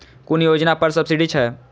कुन योजना पर सब्सिडी छै?